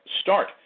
start